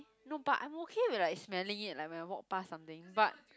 no but I'm okay with like smelling it like when I walk pass something but